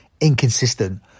inconsistent